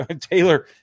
Taylor